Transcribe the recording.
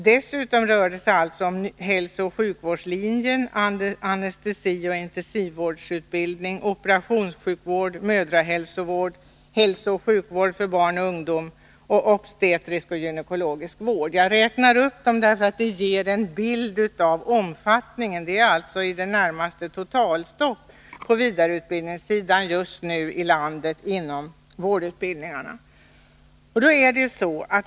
Dessutom rör det sig om hälsooch sjukvårdslinjen, anestesioch intensivvårdsutbildningar, operationssjukvård, mödrahälsovård, hälsooch sjukvård för barn och ungdom samt obstetrisk och gynekologisk vård. Jag räknar upp de här utbildningarna för att ge en bild av omfattningen. Det är alltså i det närmaste totalstopp på vidareutbildningssidan just nu i landet inom vårdutbildningarna.